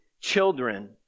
children